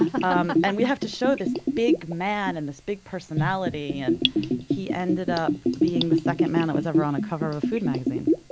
um and we have to show this big man and this big personality. and he ended up being the second man who was ever on a cover of a food magazine.